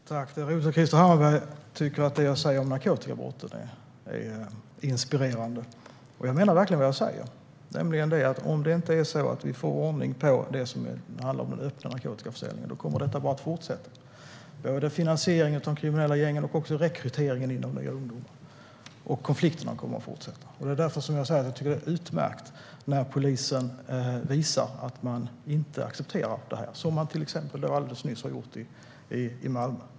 Fru talman! Det är roligt att Krister Hammarbergh tycker att det jag säger om narkotikabrotten är inspirerande. Jag menar verkligen vad jag säger, nämligen att om vi inte får ordning på det som handlar om den öppna narkotikaförsäljningen kommer detta bara att fortsätta. Det handlar om finansieringen av de kriminella gängen och om rekryteringen av nya ungdomar. Konflikterna kommer att fortsätta. Det är därför jag säger att jag tycker att det är utmärkt när polisen visar att man inte accepterar detta, som man till exempel alldeles nyss har gjort i Malmö.